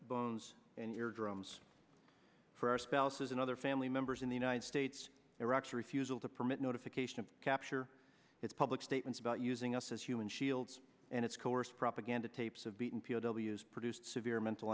bones and ear drums for our spouses and other family members in the united states iraq's refusal to permit notification of capture its public state it's about using us as human shields and it's coerced propaganda tapes of beaten p o w s produced severe mental